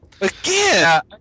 Again